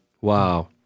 Wow